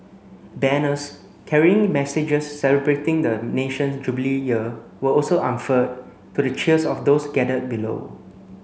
banners carrying messages celebrating the nation's Jubilee Year were also unfurled to the cheers of those gathered below